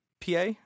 PA